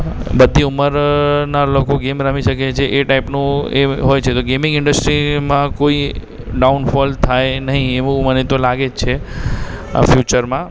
બધી ઉંમરના લોકો ગેમ રમી શકે છે એ ટાઇપનો એ હોય છે તો ગેમિંગ ઇન્ડસ્ટ્રીઝમાં કોઈ ડાઉનફૉલ થાય નહીં એવું મને તો લાગે જ છે ફ્યુચરમાં